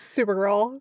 Supergirl